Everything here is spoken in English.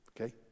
Okay